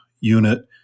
unit